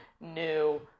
new